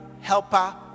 helper